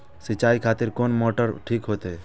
सीचाई खातिर कोन मोटर ठीक होते?